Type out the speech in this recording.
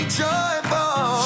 joyful